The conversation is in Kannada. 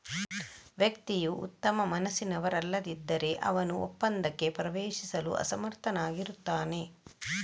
ವ್ಯಕ್ತಿಯು ಉತ್ತಮ ಮನಸ್ಸಿನವರಲ್ಲದಿದ್ದರೆ, ಅವನು ಒಪ್ಪಂದಕ್ಕೆ ಪ್ರವೇಶಿಸಲು ಅಸಮರ್ಥನಾಗಿರುತ್ತಾನೆ